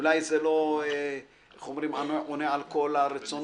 אולי זה לא עונה על כל הרצונות,